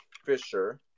Fisher